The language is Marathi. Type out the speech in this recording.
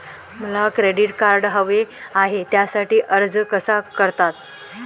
मला क्रेडिट कार्ड हवे आहे त्यासाठी अर्ज कसा करतात?